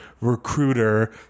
recruiter